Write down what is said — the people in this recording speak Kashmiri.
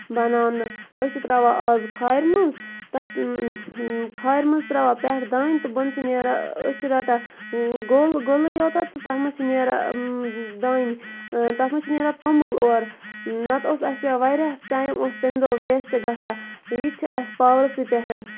بَناونہٕ أسۍ چھِ تراوان آز کھارِ منٛز تَتھ کھارِ منٛز تراوان پٮ۪ٹھ دانہِ تہٕ بۄنہٕ چھِ نیران أسۍ چھِ رَٹان گوٚل گوٚلٕے یوت تہٕ تَتھ منٛز چھُ نیران دانہِ تَتھ منٛز چھُ نیران توٚمُل اورٕ نہ تہٕ اوس پیٚوان تَتھ واریاہ ٹایم اوس تمہِ دۄہ ویسٹہٕ گژھان یہِ تہِ چھُ اَسہِ پاورَسٕے پٮ۪ٹھ